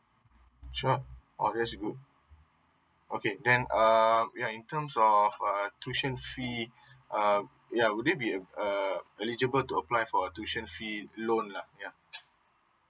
sure oh that's good okay then um yeah in terms of uh tuition fee uh ya would there be if uh eligible to apply for tuition fee loan lah yeah